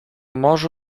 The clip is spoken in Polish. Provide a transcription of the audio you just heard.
morzu